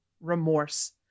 remorse